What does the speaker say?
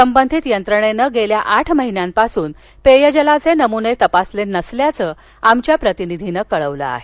संबंधित यंत्रणेनं गेल्या आठ महिन्यांपासून पेयजलाचे नमुने तपासले नसल्याचं आमच्या प्रतिनिधीने कळवलं आहे